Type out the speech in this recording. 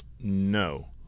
No